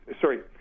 sorry